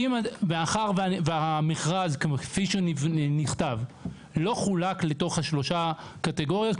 מאחר והמכרז כפי שהוא נכתב לא חולק לתוך השלוש קטגוריות,